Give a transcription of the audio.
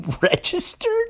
registered